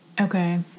Okay